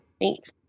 Thanks